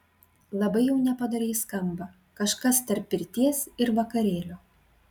labai jau nepadoriai skamba kažkas tarp pirties ir vakarėlio